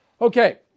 okay